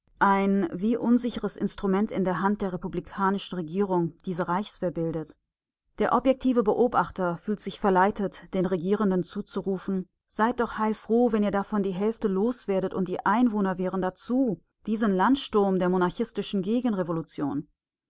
ein wie unsicheres instrument in der hand der republikanischen regierung diese reichswehr bildet der objektive beobachter fühlt sich verleitet den regierenden zuzurufen seid doch heilfroh wenn ihr davon die hälfte loswerdet und die einwohnerwehren dazu diesen landsturm der